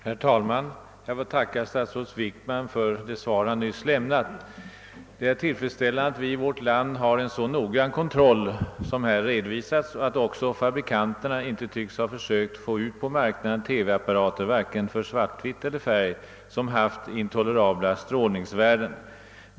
Herr talman! Jag ber att få tacka statsrådet Wickman för det svar han nyss lämnat på min fråga. Det är tillfredsställande att vi i vårt land har en så noggrann kontroll som nu har redovisats och även att fabrikanterna inte tycks ha försökt att på marknaden föra ut TV-apparater, vare sig för svart-vitt eller för färg, med intolerabla strålningsvärden.